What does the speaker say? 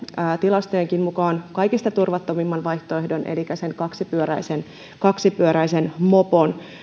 tilastojenkin mukaan kaikista turvattomimman vaihtoehdon elikkä sen kaksipyöräisen kaksipyöräisen mopon